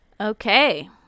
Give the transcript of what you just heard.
Okay